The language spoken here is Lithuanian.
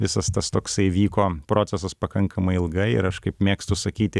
visas tas toksai vyko procesas pakankamai ilgai ir aš kaip mėgstu sakyti